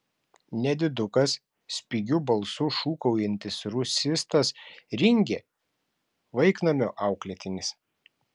nedidukas spigiu balsu šūkaujantis rusistas ringė vaiknamio auklėtinis